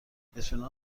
اطمینان